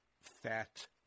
fat